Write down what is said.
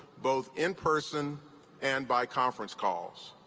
both in person and by conference calls.